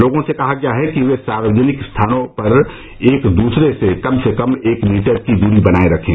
लोगों से कहा गया है कि वे सार्वजनिक स्थानों पर एक दूसरे से कम से कम एक मीटर की दूरी बनाये रखें